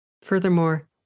Furthermore